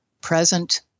present